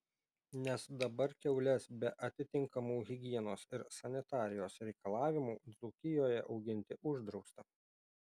nes dabar kiaules be atitinkamų higienos ir sanitarijos reikalavimų dzūkijoje auginti uždrausta